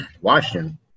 Washington